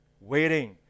waiting